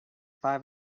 five